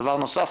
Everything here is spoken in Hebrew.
דבר נוסף,